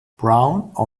brown